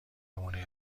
نمونه